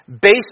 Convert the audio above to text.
based